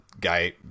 Guy